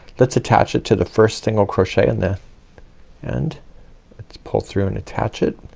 let's attach it to the first single crochet in the and let's pull through and attach it,